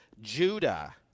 Judah